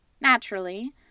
Naturally